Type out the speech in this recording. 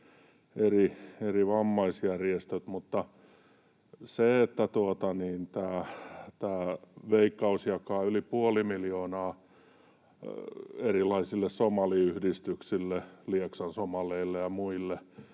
eri vammaisjärjestöt, mutta kun Veikkaus jakaa yli puoli miljoonaa erilaisille somaliyhdistyksille, Lieksan somaleille ja muille,